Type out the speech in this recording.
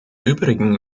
übrigen